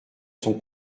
son